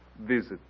visit